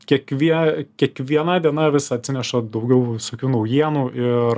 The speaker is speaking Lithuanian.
kiekvie kiekviena diena vis atsineša daugiau visokių naujienų ir